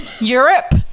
Europe